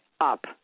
up